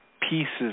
pieces